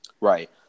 right